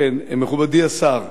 מכובדי השר,